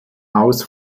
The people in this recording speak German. aus